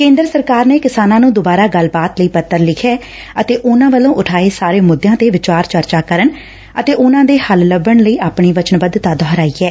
ਕੇਂਦਰ ਸਰਕਾਰ ਨੇ ਕਿਸਾਨਾਂ ਨੂੰ ਦੁਬਾਰਾ ਗੱਲਬਾਤ ਲਈ ਪੱਤਰ ਲਿਖਿਐ ਅਤੇ ਉਨਾਂ ਵੱਲਾਂ ਉਠਾਏ ਸਾਰੇ ਮੁੱਦਿਆਂ ਤੇ ਵਿਚਾਰ ਚਰਚਾ ਕਰਨ ਅਤੇ ਉਨੂਾ ਦੇ ਹੱਲ ਲੱਭਣ ਲਈ ਆਪਣੀ ਵਚਨਬੱਧਤਾ ਦੋਹਰਾਈ ਐ